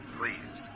please